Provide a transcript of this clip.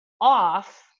off